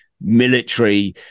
military